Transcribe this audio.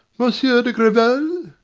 monsieur de grival!